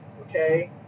okay